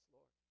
Lord